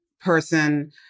person